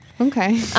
Okay